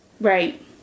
Right